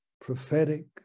prophetic